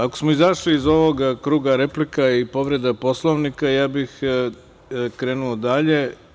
Ako smo izašli iz ovog kruga replika i povreda Poslovnika, ja bih krenuo dalje.